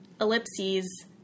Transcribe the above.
Ellipses